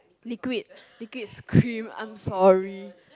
liquid liquid scream I am sorry